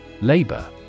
Labor